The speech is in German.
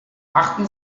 achten